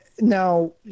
Now